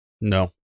No